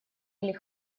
или